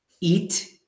eat